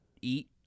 eat